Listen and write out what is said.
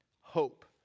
Hope